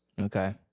Okay